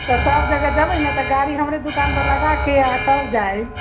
तऽ सभ जगह जयबै ने तऽ गाड़ी हमरे दुकान पर लगाके आ तब जाइम